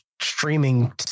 streaming